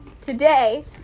today